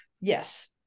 yes